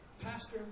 Pastor